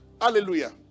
Hallelujah